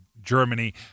Germany